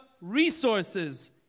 resources